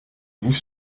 vous